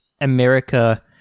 America